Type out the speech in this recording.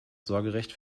sorgerecht